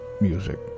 music